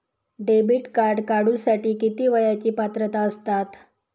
Debit card काढूसाठी किती वयाची पात्रता असतात?